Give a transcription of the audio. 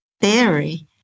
theory